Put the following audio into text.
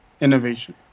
innovation